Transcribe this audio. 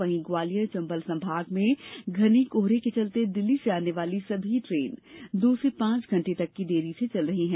वहीं ग्वालियर चंबल संभाग में घने कोहरे के चलते दिल्ली से आने वाली सभी ट्रेन दो से पांच घंटे तक की देरी चल रही हैं